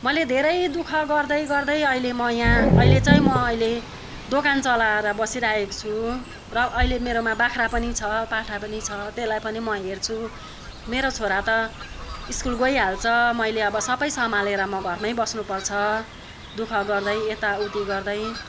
मैले धेरै दु ख गर्दै गर्दै अहिले म यहाँ अहिले चाहिँ म अहिले दोकान चलाएर बसिराखेको छु र अहिले मेरोमा बाख्रा पनि छ पाठा पनि छ त्यसलाई पनि म हेर्छु मेरो छोरा त स्कुल गइहाल्छ मैले अब सबै सम्हालेर म घरमै बस्नुपर्छ दु ख गर्दा यता उति गर्दै